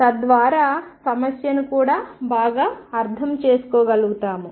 తద్వారా సమస్యను కూడా బాగా అర్థం చేసుకోగలుగుతాము